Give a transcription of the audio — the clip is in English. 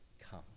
come